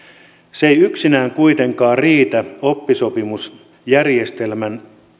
ei yksinään kuitenkaan riitä siihen oppisopimusjärjestelmän